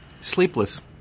Sleepless